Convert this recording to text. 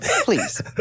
please